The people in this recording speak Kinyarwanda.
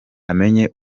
amenye